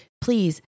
please